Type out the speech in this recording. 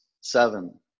seven